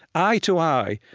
eye to eye,